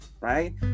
right